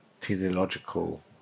teleological